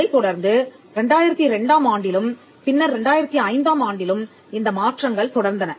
அதைத்தொடர்ந்து 2002 ஆம் ஆண்டிலும் பின்னர் 2005 ஆம் ஆண்டிலும் இந்த மாற்றங்கள் தொடர்ந்தன